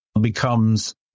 becomes